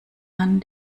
man